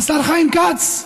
השר חיים כץ.